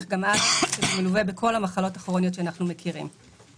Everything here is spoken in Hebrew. גם הלאה ומלווה בכל המחלות הכרוניות שאנחנו מכירים.